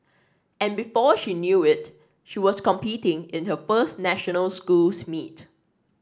and before she knew it she was competing in her first national schools meet